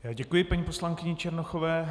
Já děkuji paní poslankyni Černochové.